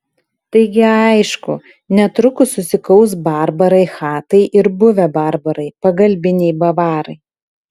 taigi aišku netrukus susikaus barbarai chatai ir buvę barbarai pagalbiniai bavarai